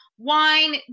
wine